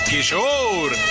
Kishore